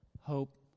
Hope